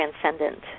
transcendent